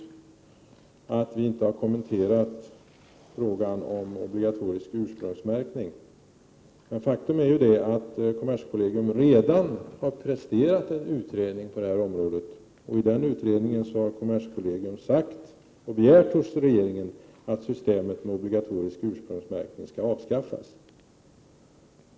1987/88:114 att vi inte har kommenterat frågan om obligatorisk ursprungsmärkning. 4 maj 1988 Faktum är att kommerskollegium redan har presterat en utredning på detta område, och i den utredningen har man begärt hos regeringen att systemet med obligatorisk ursprungsmärkning skall avskaffas.